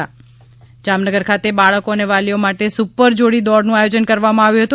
જા મનગર સ્પર્ધા જામનગર ખાતે બાળકો અને વાલીઓ માટે સુપર જોડી દોડનું આયોજન કરવામાં આવ્યું હતું